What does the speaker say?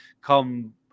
come